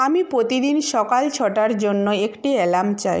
আমি প্রতিদিন সকাল ছটার জন্য একটি অ্যালার্ম চাই